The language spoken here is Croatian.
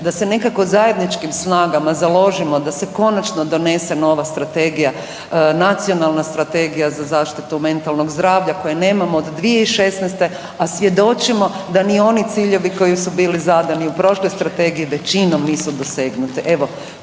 da se nekako zajedničkim snagama založimo da se konačno donese nova strategija, nacionalna strategija za zaštitu mentalnog zdravlja koje nemamo od 2016.-te, a svjedočimo da ni oni ciljevi koji su bili zadani u prošloj strategiji većinom nisu dosegnuti.